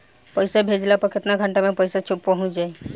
पैसा भेजला पर केतना घंटा मे पैसा चहुंप जाई?